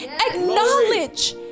acknowledge